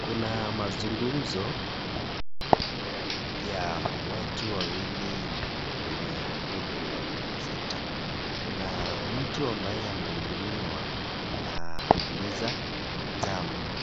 Kuna mazungumzo ya watu wawili kwenye huduma (cs) center (cs),kuna mtu ambaye anahudumiwa anauliza jambo